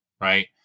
right